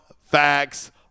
facts